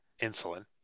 insulin